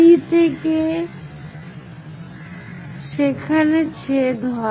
3 থেকে সেখানে ছেদ হয়